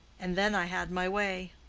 and then i had my way!